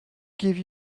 give